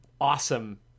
awesome